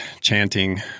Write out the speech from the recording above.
chanting